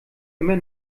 immer